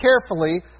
carefully